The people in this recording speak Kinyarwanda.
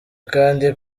kandi